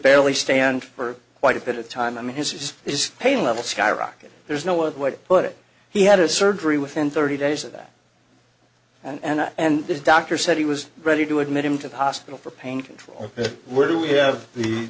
barely stand for quite a bit of time i mean his is pain level skyrocket there's no word what put it he had a surgery within thirty days of that and and this doctor said he was ready to admit him to the hospital for pain control where do we have the